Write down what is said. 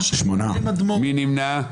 2 נמנעים.